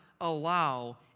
allow